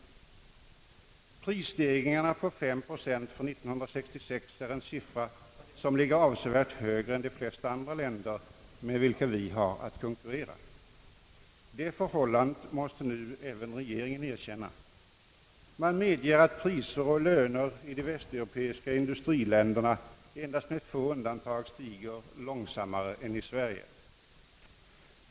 Prisstegringarna på 5 procent för 1966 ligger avsevärt högre än i de flesta andra länder med vilka vi har att konkurrera. Det förhållandet måste nu även regeringen erkänna. Man medger att priser och löner i de västeuropeiska industriländerna endast med få undantag stiger långsammare än i Sverige.